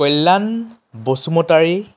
Kalyan Basumatary